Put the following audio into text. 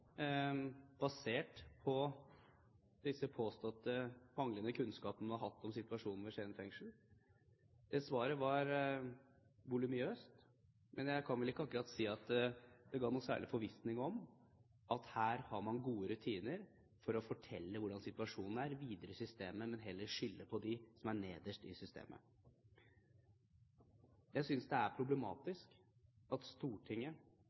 basert på disse påståtte manglende kunnskapene man har hatt om situasjonen ved Skien fengsel. Svaret var voluminøst, men jeg kan vel ikke akkurat si at det ga noen særlig forvissning om at her har man gode rutiner for å fortelle hvordan situasjonen er videre i systemet. Man skylder heller på dem som er nederst i systemet. Jeg synes det er problematisk at Stortinget